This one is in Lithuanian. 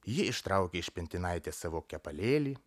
ji ištraukė iš pintinaitės savo kepalėlį